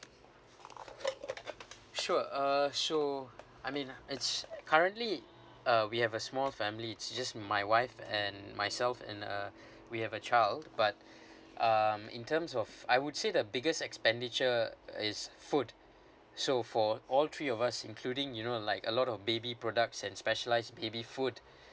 sure uh so I mean it's currently uh we have a small family it's just my wife and myself and uh we have a child but um in terms of I would say the biggest expenditure uh is food so for all three of us including you know like a lot of baby products and specialised baby food